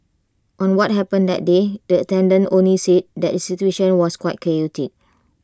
on what happened that day the attendant only said that the situation was quite chaotic